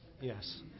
Yes